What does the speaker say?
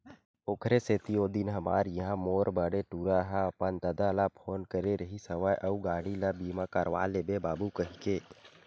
ओखरे सेती ओ दिन हमर इहाँ मोर बड़े टूरा ह अपन ददा ल फोन करे रिहिस हवय अउ गाड़ी ल बीमा करवा लेबे बाबू कहिके